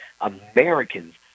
Americans